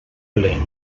ple